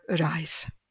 arise